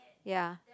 ya